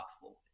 forward